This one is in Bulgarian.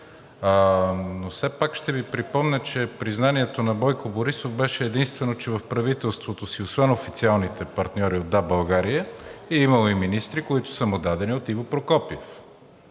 Но все пак ще Ви припомня, че признанието на Бойко Борисов беше единствено, че в правителството освен официалните партньори от „Да, България!“, е имал и министри, които са му дадени от Иво Прокопиев.